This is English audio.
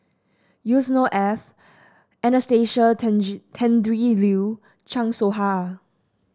Yusnor Ef Anastasia Tjendri Liew Chan Soh Ha